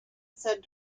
said